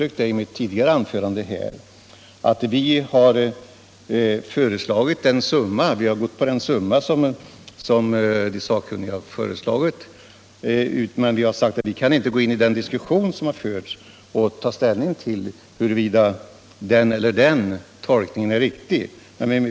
Jag underströk i mitt tidigare anförande här att vi i fråga om summan har anslutit oss till vad de sakkunniga har föreslagit. Men vi har sagt att vi inte kunnat gå in i den diskussion som har förts och ta ställning till huruvida den eller den tolkningen är riktig.